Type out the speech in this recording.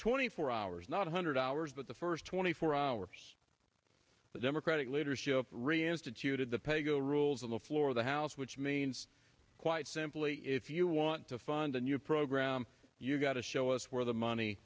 twenty four hours not one hundred hours but the first twenty four hours the democratic leadership re instituted the paygo rules on the floor of the house which means quite simply if you want to fund the new program you've got to show us where the money